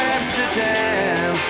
Amsterdam